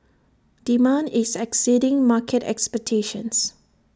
demand is exceeding market expectations